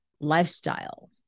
lifestyle